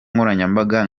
nkoranyambaga